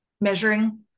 measuring